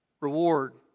reward